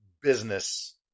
business